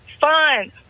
fun